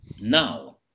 Now